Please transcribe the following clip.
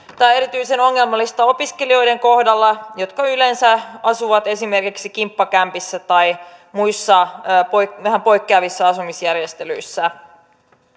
tämä on erityisen ongelmallista opiskelijoiden kohdalla jotka yleensä asuvat esimerkiksi kimppakämpissä tai muissa vähän poikkeavissa asumisjärjestelyissä